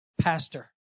pastor